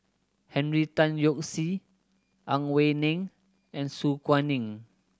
Henry Tan Yoke See Ang Wei Neng and Su Guaning